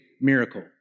miracle